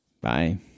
Bye